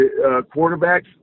quarterbacks